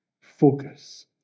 focus